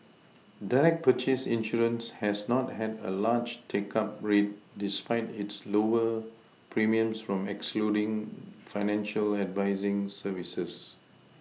direct purchase insurance has not had a large take up rate despite its lower premiums from excluding financial advising services